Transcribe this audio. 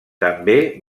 també